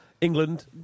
England